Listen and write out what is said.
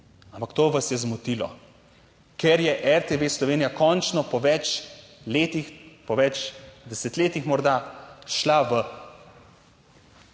Ampak to vas je zmotilo, ker je RTV Slovenija končno po več letih, po več desetletjih morda šla v